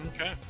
okay